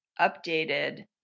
updated